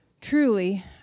Truly